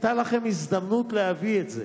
היתה לכם הזדמנות להביא את זה,